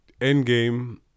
Endgame